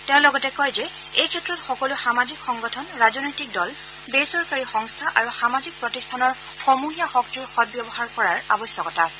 তেওঁ লগতে কয় যে এই ক্ষেত্ৰত সকলো সামাজিক সংগঠন ৰাজনৈতিক দল বেচৰকাৰী সংস্থা আৰু সামাজিক প্ৰতিষ্ঠানৰ সমূহীয়া শক্তিৰ সদব্যৱহাৰ কৰাৰ আৱশ্যকতা আছে